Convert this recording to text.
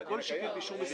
לא כל שכן באישור מסירה.